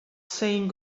saying